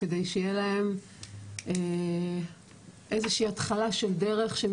שתהיה להם איזו שהיא התחלה של דרך שהם